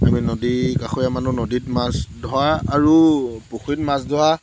আমি নদী কাষৰীয়া মানুহ নদীত মাছ ধৰা আৰু পুখুৰীত মাছ ধৰা